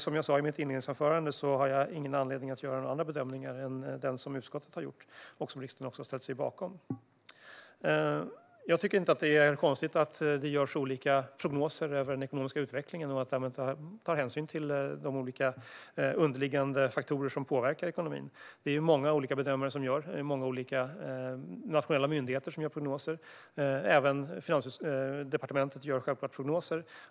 Som jag sa i mitt inledningsanförande har jag ingen anledning att göra några andra bedömningar än de som utskottet har gjort och som riksdagen har ställt sig bakom. Det är inte konstigt att det görs olika prognoser över den ekonomiska utvecklingen och att man därmed tar hänsyn till de olika underliggande faktorer som påverkar ekonomin. Det är många olika nationella myndigheter som gör prognoser. Även Finansdepartementet gör självklart prognoser.